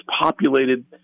populated